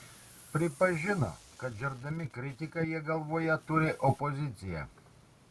pripažino kad žerdami kritiką jie galvoje turi opoziciją